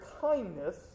kindness